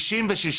לשמוע אותו.